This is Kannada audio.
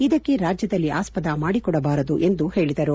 ಇದಕ್ಕೆ ರಾಜ್ಯದಲ್ಲಿ ಆಸ್ಪದ ಮಾಡಿಕೊಡಬಾರದು ಎಂದು ಹೇಳಿದರು